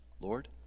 Lord